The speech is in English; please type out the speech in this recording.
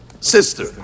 sister